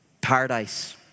Paradise